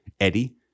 Eddie